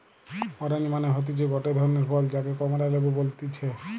orange মানে হতিছে গটে ধরণের ফল যাকে কমলা লেবু বলতিছে